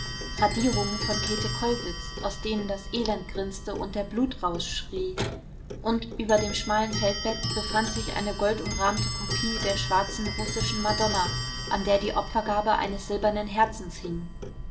radierungen von käte kollwitz aus denen das elend grinste und der blutrausch schrie und über dem schmalen feldbett befand sich eine goldumrahmte kopie der schwarzen russischen madonna an der die opfergabe eines silbernen herzens hing